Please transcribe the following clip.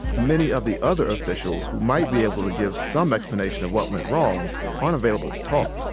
many of the other officials who might be able to give some explanation of what went wrong aren't available to talk.